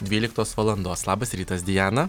dvyliktos valandos labas rytas diana